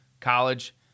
college